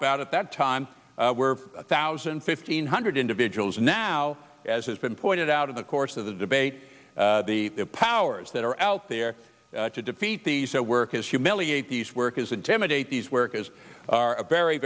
about at that time were a thousand fifteen hundred individuals now as has been pointed out of the course of the debate the powers that are out there to defeat the so work is humiliate these workers intimidate these workers a very